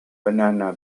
banana